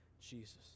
Jesus